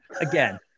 again